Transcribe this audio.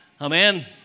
Amen